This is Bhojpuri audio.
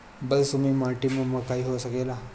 बलसूमी माटी में मकई हो सकेला?